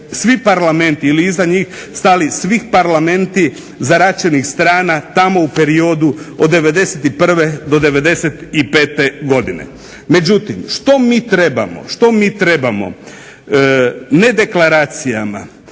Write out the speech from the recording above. svi parlamenti ili iza njih stali svi parlamenti zaračenih strana tamo u periodu od '91. do '95. godine. Međutim, što mi trebamo? Ne deklaracijama,